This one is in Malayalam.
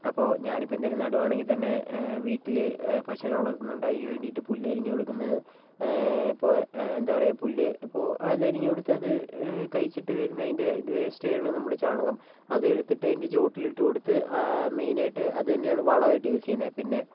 അപ്പോൾ ഞാനിപ്പം എന്തെങ്കിലും നടുകയാണെങ്കിൽ തന്നെ വീട്ടിൽ പശുവിനെ വളർത്തുന്നുണ്ട് അതിന് വേണ്ടിയിട്ട് പുല്ലരിഞ്ഞു കൊടുക്കുന്നതും ഇപ്പം എന്തപറയുക പുല്ല് ഇപ്പോൾ അത് അത് അരിഞ്ഞു കൊടുത്ത് അത് കഴിച്ചിട്ട് വരുന്ന അതിൻറെ വെയിസ്റ്റുകൾ നമ്മുടെ ചാണകം അതെടുത്തിട്ട് അതിൻറ്റെ ചുവട്ടിൽ ഇട്ടു കൊടുത്ത് മെയിനായിട്ട് അത് തന്നെയാണ് വളമായിട്ടു യൂസ് ചെയ്യുന്നത് പിന്നെ